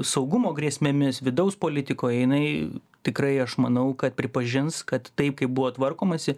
saugumo grėsmėmis vidaus politikoj jinai tikrai aš manau kad pripažins kad taip kaip buvo tvarkomasi